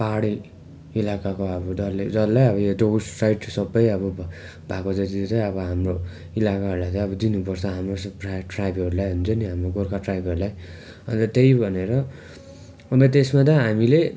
पहाडी इलाकाको अब डल्लै डल्लै अब यो डुवर्स साइड सबै अब भएको जति चाहिँ आअब हाम्रो इलाकाहरूलाई चाहिँ अब दिनु पर्छ हाम्रो जस्तो प्राय ट्राइबहरूलाई हुन्छ नि अब गोर्खा ट्राइबहरूलाई अन्त त्यही भनेर अन्त त्यसमा त हामीले